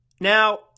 Now